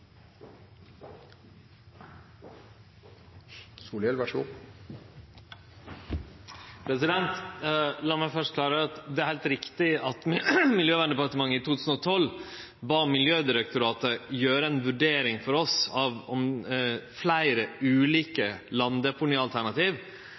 heilt riktig at Miljøverndepartementet i 2012 bad Miljødirektoratet gjere ei vurdering for oss av fleire ulike